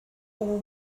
all